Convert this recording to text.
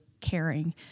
caring